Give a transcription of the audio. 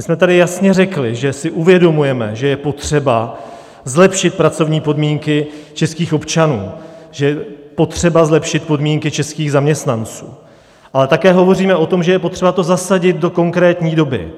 My jsme tady jasně řekli, že si uvědomujeme, že je potřeba zlepšit pracovní podmínky českých občanů, že je potřeba zlepšit podmínky českých zaměstnanců, ale také hovoříme o tom, že je potřeba to zasadit do konkrétní doby.